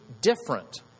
different